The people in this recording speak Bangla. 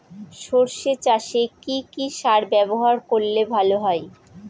সর্ষে চাসে কি কি সার ব্যবহার করলে ভালো হয়?